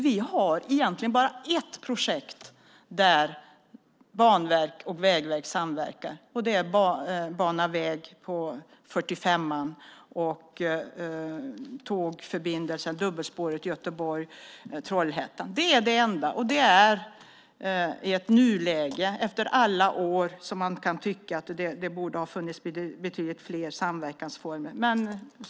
Vi har egentligen bara ett projekt där Banverket och Vägverket samverkar. Det är Bana väg i väst för väg 45 och tågförbindelsen med dubbelspåret Göteborg-Trollhättan. Det är det enda. Det är nuläget. Man kan efter alla år tycka att det borde ha funnits betydligt fler samverkansformer.